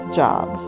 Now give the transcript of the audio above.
job